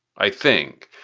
i think,